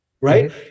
Right